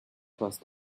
crust